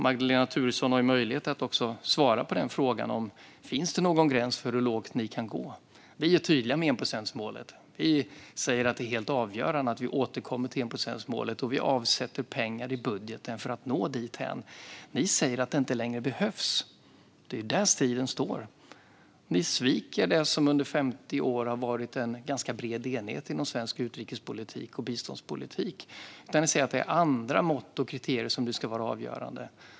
Magdalena Thuresson har möjlighet att svara på frågan hur lågt gränsen går. Vi är tydliga med enprocentsmålet. Vi säger att det är helt avgörande att återgå till enprocentsmålet, och vi avsätter pengar i budgeten för att nå dithän. Ni säger att målet inte längre behövs. Det är där striden står. Ni sviker en sedan 50 år bred enighet inom svensk utrikespolitik och biståndspolitik, och ni säger nu att det är andra mått och kriterier som ska vara avgörande.